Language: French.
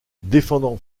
défendant